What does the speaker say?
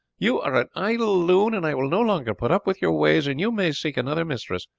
you are an idle loon, and i will no longer put up with your ways, and you may seek another mistress.